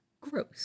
gross